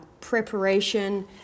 preparation